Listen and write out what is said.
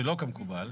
שלא כמקובל.